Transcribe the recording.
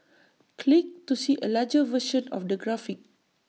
click to see A larger version of the graphic